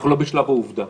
אנחנו לא בשלב העובדה.